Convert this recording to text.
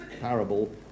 parable